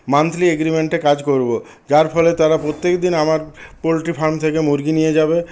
monthly এগ্রিমেন্টে কাজ করবো যার ফলে তারা প্রত্যেকদিন আমার পোলট্রি ফার্ম থেকে মুরগি নিয়ে যাবে